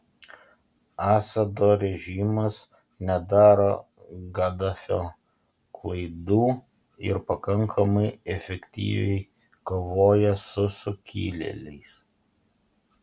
assado režimas nedaro gaddafio klaidų ir pakankamai efektyviai kovoja su sukilėliais